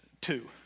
Two